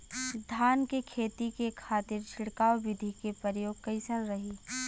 धान के खेती के खातीर छिड़काव विधी के प्रयोग कइसन रही?